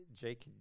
Jake